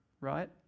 right